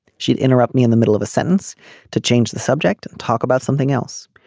she'd interrupt me in the middle of a sentence to change the subject and talk about something else.